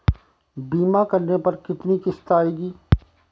बीमा करने पर कितनी किश्त आएगी?